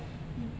mm